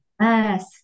Yes